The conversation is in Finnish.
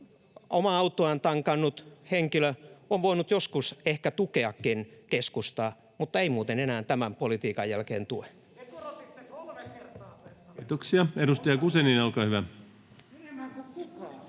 omaa autoaan tankannut henkilö on voinut joskus ehkä tukeakin keskustaa, mutta ei muuten enää tämän politiikan jälkeen tue. [Jussi Saramo: Te